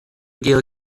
gaeilge